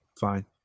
fine